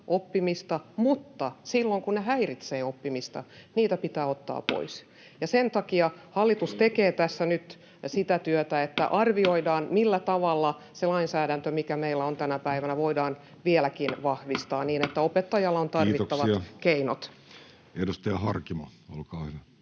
oppimista, mutta silloin, kun ne häiritsevät oppimista, niitä pitää ottaa pois. Sen takia hallitus tekee tässä nyt sitä työtä, että arvioidaan, millä tavalla sitä lainsäädäntöä, mikä meillä on tänä päivänä, voidaan vieläkin vahvistaa niin, että opettajalla on tarvittavat keinot. Edustaja Harkimo, olkaa hyvä.